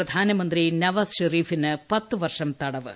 പ്രധാനമന്ത്രി നവാസ് ഷെരിഫിന് പത്ത് വർഷം തടവ്